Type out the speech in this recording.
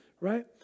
right